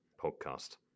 podcast